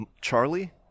Charlie